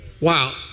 Wow